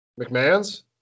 McMahon's